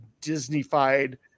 Disney-fied